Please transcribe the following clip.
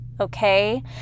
Okay